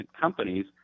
companies